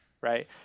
right